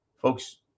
Folks